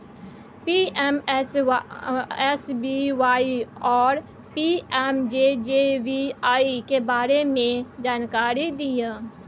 PMSBY आरो PMJJBY के बारे मे जानकारी दिय?